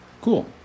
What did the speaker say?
Cool